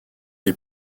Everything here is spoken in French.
les